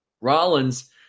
Rollins